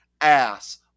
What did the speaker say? ass